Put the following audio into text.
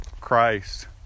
Christ